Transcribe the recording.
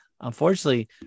unfortunately-